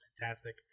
fantastic